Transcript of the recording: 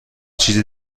چیز